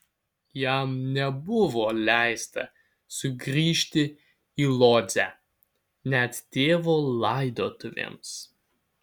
jam nebuvo leista sugrįžti į lodzę net tėvo laidotuvėms